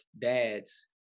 dads